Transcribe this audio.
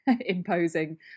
imposing